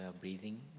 breathing